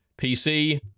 PC